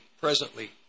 presently